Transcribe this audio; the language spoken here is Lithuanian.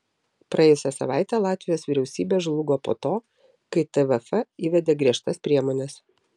praėjusią savaitę latvijos vyriausybė žlugo po to kai tvf įvedė griežtas priemones